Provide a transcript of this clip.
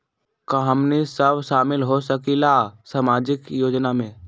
का हमनी साब शामिल होसकीला सामाजिक योजना मे?